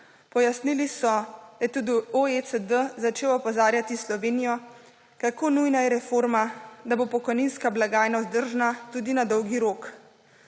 Pojasnili so, da je(?) OECD začel opozarjati Slovenijo, kako nujna je reforma, da bo pokojninska blagajna vzdržna tudi na dolgi rok.